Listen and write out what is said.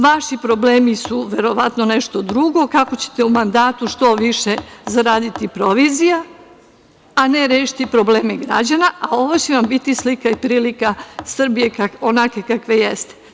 Vaši problemi su verovatno nešto drugo, kako ćete u mandatu što više zaraditi provizija, a ne rešiti probleme građana, a ovo će vam biti slika i prilika Srbije onakve kakva jeste.